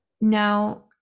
Now